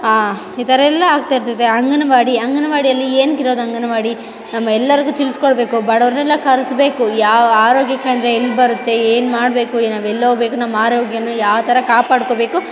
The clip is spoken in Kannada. ಆಂ ಈ ಥರ ಎಲ್ಲ ಆಗ್ತಾಯಿರ್ತದೆ ಅಂಗನವಾಡಿ ಅಂಗನವಾಡಿಯಲ್ಲಿ ಏನಕ್ಕೆ ಇರೋದು ಅಂಗನವಾಡಿ ನಮ್ಮ ಎಲ್ರಿಗೂ ತಿಳಿಸ್ಕೊಡ್ಬೇಕು ಬಡವ್ರನೆಲ್ಲ ಕರೆಸ್ಬೇಕು ಯಾವ ಆರೋಗ್ಯ ಕೇಂದ್ರ ಎಲ್ಲಿ ಬರುತ್ತೆ ಏನು ಮಾಡಬೇಕು ನಾವು ಎಲ್ಲಿ ಹೋಗ್ಬೇಕು ನಮ್ಮ ಆರೋಗ್ಯನ್ನು ಯಾವ್ಥರ ಕಾಪಾಡ್ಕೊಬೇಕು